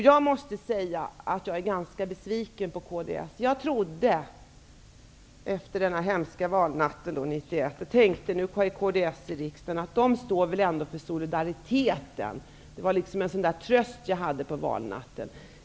Jag måste säga att jag är ganska besviken på kds. Jag tänkte efter den hemska valnatten 1991: Nu kommer kds, som väl ändå står för solidariteten, in i riksdagen. Det var en tröst på valnatten.